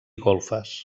golfes